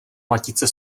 matice